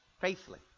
faithfully